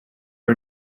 are